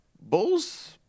Bulls